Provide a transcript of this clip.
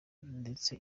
ndetse